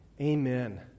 Amen